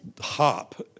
hop